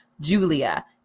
Julia